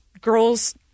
girl's